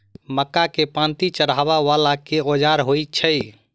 मक्का केँ पांति चढ़ाबा वला केँ औजार होइ छैय?